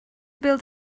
build